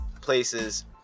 places